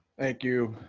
thank you,